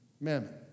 Mammon